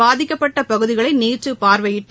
பாதிக்கப்பட்ட பகுதிகளை நேற்று பார்வையிட்டு